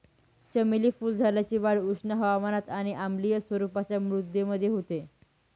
चमेली फुलझाडाची वाढ उष्ण हवामानात आणि आम्लीय स्वरूपाच्या मृदेमध्ये होते